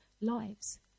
lives